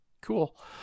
cool